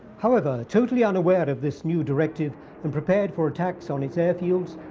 however, totally unaware of this new directive and prepared for attacks on its airfields,